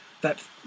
That